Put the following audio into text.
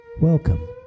Welcome